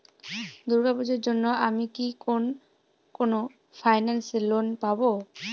দূর্গা পূজোর জন্য আমি কি কোন ফাইন্যান্স এ লোন পাবো?